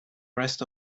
rest